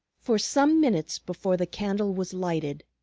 for some minutes before the candle was lighted,